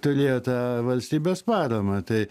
turėjo tą valstybės paramą tai